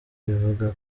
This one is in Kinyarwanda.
rivuga